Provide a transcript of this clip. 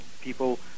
people